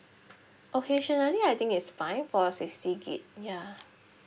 occasionally I think it's fine for sixty gig ya